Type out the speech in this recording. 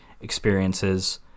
experiences